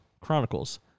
Chronicles